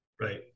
Right